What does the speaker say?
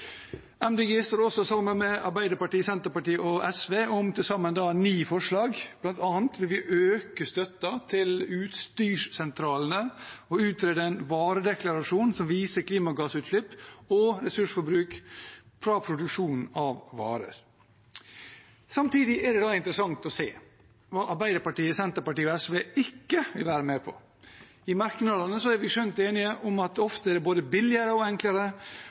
sammen med Arbeiderpartiet, Senterpartiet og SV om til sammen ni forslag til vedtak, bl.a. vil vi øke støtten til utstyrssentralene og utrede en varedeklarasjon som viser klimagassutslipp og ressursforbruk fra produksjonen av varer. Samtidig er det interessant å se hva Arbeiderpartiet, Senterpartiet og SV ikke vil være med på. I merknadene er vi skjønt enige om at det ofte er både billigere og enklere